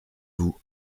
vous